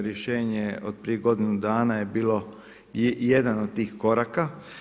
Rješenje od prije godinu dana je bilo jedan od tih koraka.